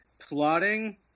plotting